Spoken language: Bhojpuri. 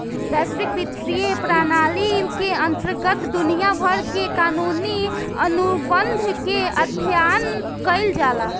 बैसविक बित्तीय प्रनाली के अंतरगत दुनिया भर के कानूनी अनुबंध के अध्ययन कईल जाला